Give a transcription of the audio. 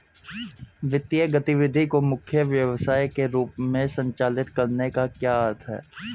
वित्तीय गतिविधि को मुख्य व्यवसाय के रूप में संचालित करने का क्या अर्थ है?